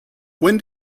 when